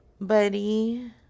Buddy